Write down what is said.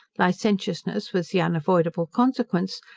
licentiousness was the unavoidable consequence,